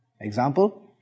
Example